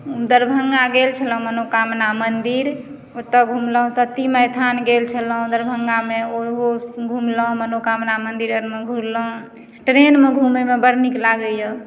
दरभंगा गेल छलहुँ मनोकामना मन्दिर ओतऽ घुमलहुँ सती माइ थान गेल छलहुँ दरभंगामे ओहो घुमलहुँ मनोकामना मन्दिर लगमे घुरलहुँ ट्रेनमे घुमयमे बड़ नीक लागइए